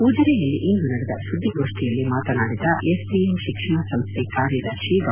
ಉಜಿರೆಯಲ್ಲಿಂದು ನಡೆದ ಸುದ್ದಿಗೋಷ್ಠಿಯಲ್ಲಿ ಮಾತನಾಡಿದ ಎಸ್ ಡಿ ಎಂ ತಿಕ್ಷಣ ಸಂಸ್ಟೆ ಕಾರ್ಯದರ್ಶಿ ಡಾ